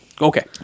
Okay